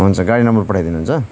हुन्छ गाडी नम्बर पठाइदिनु हुन्छ